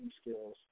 skills